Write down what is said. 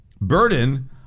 burden